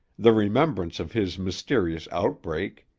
the remembrance of his mysterious outbreak,